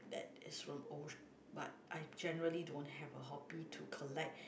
that is from o~ but I generally don't have a hobby to collect